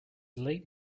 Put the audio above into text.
late